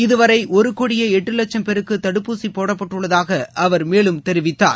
இதுவரை ஒரு கோடியே எட்டு லட்சும் பேருக்கு தடுப்பூசி போடப்பட்டுள்ளதாக அவர் மேலும் தெரிவித்தார்